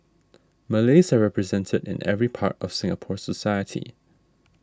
Malays are represented in every part of Singapore society